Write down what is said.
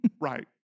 Right